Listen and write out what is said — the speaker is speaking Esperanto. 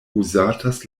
uzatas